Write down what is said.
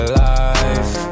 life